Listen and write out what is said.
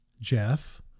Jeff